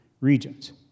regions